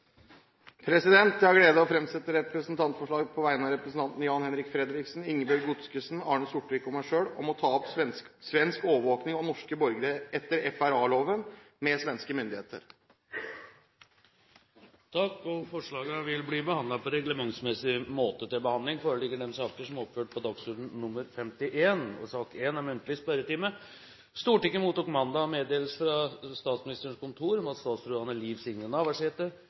representantforslag på vegne av representantene Jan-Henrik Fredriksen, Ingebjørg Godskesen, Torkil Åmland og meg selv om å ta opp svensk overvåkning av norske borgere etter FRA-loven med svenske myndigheter. Forslagene vil bli behandlet på reglementsmessig måte. Stortinget mottok mandag meddelelse fra Statsministerens kontor om at statsrådene Liv Signe Navarsete, Trond Giske og Erik Solheim vil møte til muntlig spørretime.